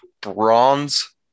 bronze